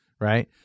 right